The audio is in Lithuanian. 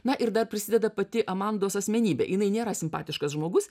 na ir dar prisideda pati amandos asmenybė jinai nėra simpatiškas žmogus